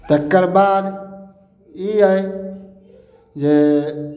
तकर बाद ई अइ जे